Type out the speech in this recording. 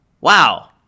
wow